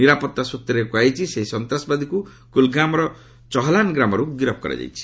ନିରାପତ୍ତା ସୂତ୍ରରେ କୁହାଯାଇଛି ସେହି ସନ୍ତାସବାଦୀକୁ କୁଲଗାମର ଚହଲାନ ଗ୍ରାମରୁ ଗିରଫ୍ କରାଯାଇଛି